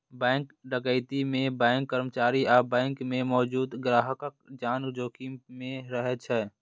bank डकैती मे bank कर्मचारी आ बैंक मे मौजूद ग्राहकक जान जोखिम मे रहै छै